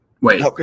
Wait